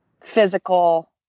physical